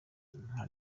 nka